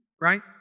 right